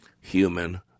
human